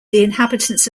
inhabitants